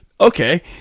Okay